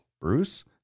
Bruce